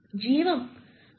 జీవం 3